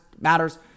matters